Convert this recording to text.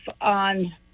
on